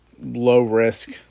low-risk